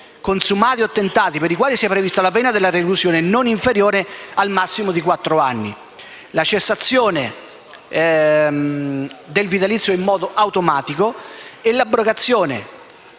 consumati o tentati, per i quali sia prevista la pena della reclusione non inferiore, nel massimo, di quattro anni;